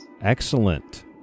Excellent